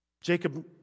Jacob